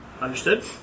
Understood